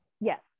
Yes